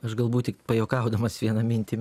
aš galbūt tik pajuokaudamas vieną mintį